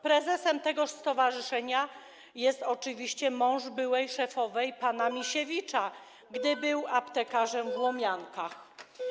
Prezesem tegoż stowarzyszenia jest oczywiście mąż byłej szefowej pana Misiewicza, gdy był aptekarzem w Łomiankach.